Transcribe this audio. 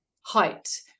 height